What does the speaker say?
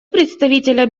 представителя